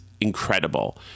incredible